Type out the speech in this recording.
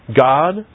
God